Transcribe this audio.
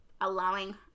allowing